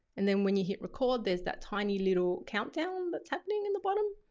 and then when you hit record, there's that tiny little countdown that's happening in the bottom.